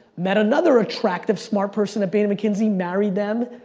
met another attractive smart person at bain and mckinsey, married them,